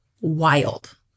wild